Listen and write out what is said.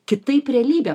kitaip realybę